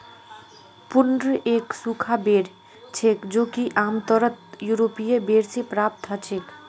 prune एक सूखा बेर छेक जो कि आमतौरत यूरोपीय बेर से प्राप्त हछेक